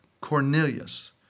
Cornelius